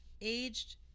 aged